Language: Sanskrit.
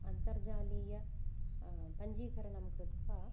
अन्तरजालीय पञ्जीकरणं कृत्वा